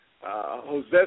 Jose